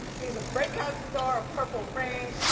he's a breakout star of purple rain.